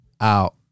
out